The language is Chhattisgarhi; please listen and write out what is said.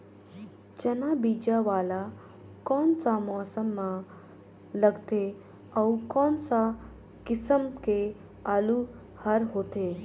चाना बीजा वाला कोन सा मौसम म लगथे अउ कोन सा किसम के आलू हर होथे?